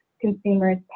consumers